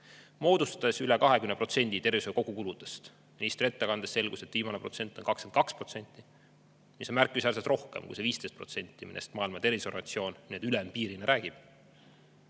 moodustas üle 20% tervishoiu kogukuludest. Ministri ettekandest selgus, et viimane protsent on 22, mis on märkimisväärselt rohkem kui see 15%, millest Maailma Terviseorganisatsioon nii-öelda ülempiirina räägib.